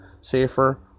safer